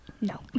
No